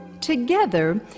Together